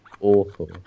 Awful